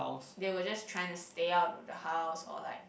they will just try to stay out of the house or like